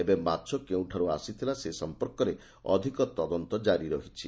ଏବେ ମାଛ କେଉଁଠାରୁ ଆସିଥିଲା ସେ ସମ୍ପର୍କରେ ଅଧିକ ତଦନ୍ତ କାରି ରହିଛି